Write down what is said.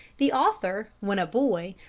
the author, when a boy,